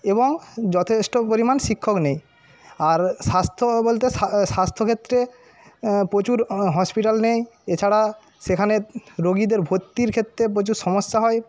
এবং যথেষ্ট পরিমাণ শিক্ষক নেই আর স্বাস্থ্য বলতে স্বাস্থ্যক্ষেত্রে প্রচুর হসপিটাল নেই এছাড়া সেখানে রোগীদের ভর্তির ক্ষেত্রে প্রচুর সমস্যা হয়